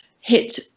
hit